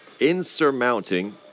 insurmounting